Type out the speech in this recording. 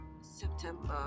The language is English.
September